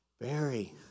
Barry